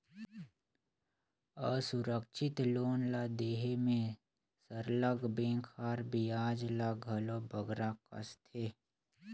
असुरक्छित लोन ल देहे में सरलग बेंक हर बियाज ल घलो बगरा कसथे